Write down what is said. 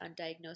undiagnosed